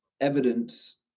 evidence